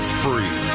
free